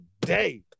day